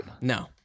No